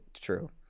true